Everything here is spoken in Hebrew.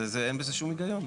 אין בזה שום היגיון.